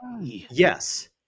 Yes